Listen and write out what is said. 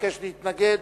המבקש להתנגד,